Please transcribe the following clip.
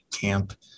camp